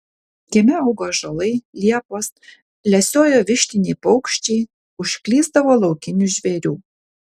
kieme augo ąžuolai liepos lesiojo vištiniai paukščiai užklysdavo laukinių žvėrių